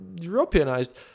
Europeanized